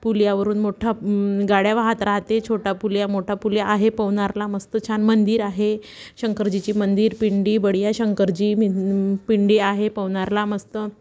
पुलावरून मोठा गाड्या वाहात राहते छोटा पुल आहे मोठा पुल आहे पवनारला मस्त छान मंदिर आहे शंकरजीची मंदिर पिंडी बढिया शंकरजी मिं पिंडी आहे पवनारला मस्त